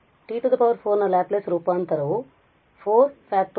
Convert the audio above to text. S3 t4 ನ Laplace ರೂಪಾಂತರವು 4